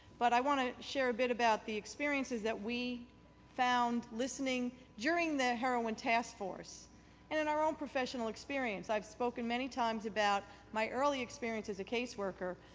but i want to share a bit about the experiences that we found listening to during the heroin task force and in our own professional experience. i have spoken many times about my early experience as a case worker,